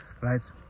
right